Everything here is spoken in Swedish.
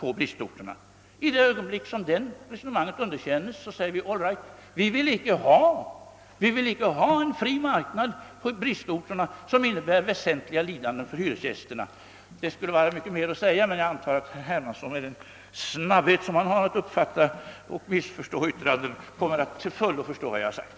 Herr Bohman skall få det i absolut klartext innan det hela är slut.